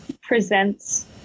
presents